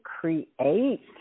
create